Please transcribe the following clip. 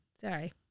Sorry